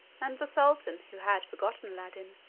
and the sultan, who had forgotten aladdin,